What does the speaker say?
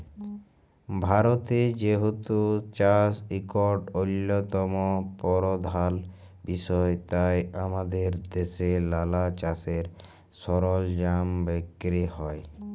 ভারতে যেহেতু চাষ ইকট অল্যতম পরধাল বিষয় তাই আমাদের দ্যাশে লালা চাষের সরলজাম বিক্কিরি হ্যয়